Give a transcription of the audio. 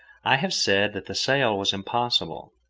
i have said that the sail was impossible.